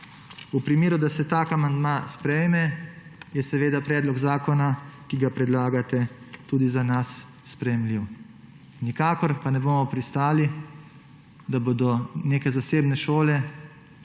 V primeru, da se ta amandma sprejme, je predlog zakona, ki ga predlagate, tudi za nas sprejemljiv. Nikakor pa ne bomo pristali, da bodo neke zasebne šole,